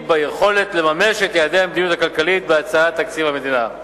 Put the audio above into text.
ביכולת לממש את יעדי המדיניות הכלכלית בהצעת תקציב המדינה.